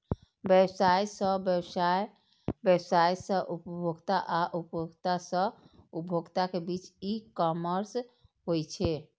व्यवसाय सं व्यवसाय, व्यवसाय सं उपभोक्ता आ उपभोक्ता सं उपभोक्ता के बीच ई कॉमर्स होइ छै